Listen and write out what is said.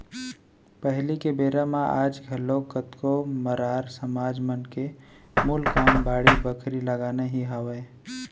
पहिली के बेरा म आज घलोक कतको मरार समाज मन के मूल काम बाड़ी बखरी लगाना ही हावय